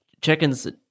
chickens